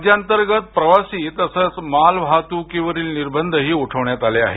राज्यांतर्गत प्रवासी तसंच माल वाहत्कीवरील निर्बंधही उठवण्यात आले आहेत